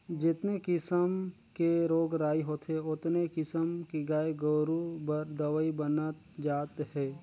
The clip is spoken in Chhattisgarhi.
जेतने किसम के रोग राई होथे ओतने किसम के गाय गोरु बर दवई बनत जात हे